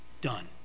Done